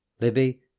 Libby